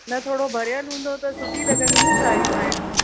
न थोरो भरियलु हूंदो त सुठी लॻंदी न साड़ी पाइण में